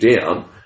down